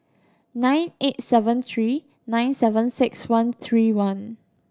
nine eight seven three nine seven six one three one